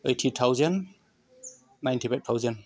eighty thousand ninety five thousand